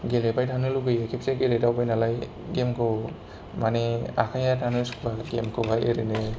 गेलेबाय थानो लुगैयै खेबसे गेलेदावबाय नालाय गेमखौ मानि आखाइआ थानो सुखुवा गेमखौहाय ओरैनो